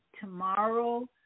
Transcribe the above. tomorrow